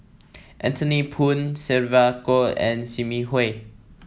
Anthony Poon Sylvia Kho and Sim Yi Hui